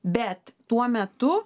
bet tuo metu